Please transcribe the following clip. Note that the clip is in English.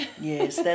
Yes